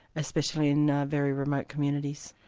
especially in very remote communities.